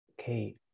Okay